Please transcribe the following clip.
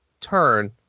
turn